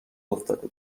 افتاده